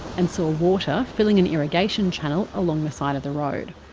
and saw water filling an irrigation channel along the side of the roadthe